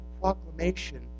proclamation